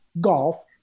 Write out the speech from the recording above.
golf